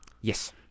Yes